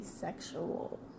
sexual